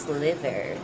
Slither